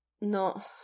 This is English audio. no